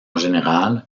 général